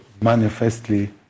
manifestly